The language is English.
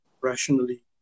rationally